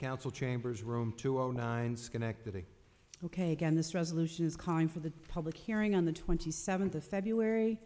council chambers room two zero zero nine schenectady ok again this resolution is calling for the public hearing on the twenty seventh of february